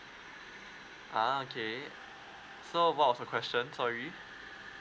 uh okay so what sort of question sorry